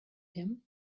him